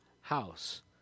house